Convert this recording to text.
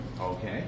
Okay